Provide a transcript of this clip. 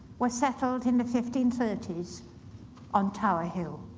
were settled in the fifteen thirty s on tower hill.